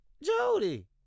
Jody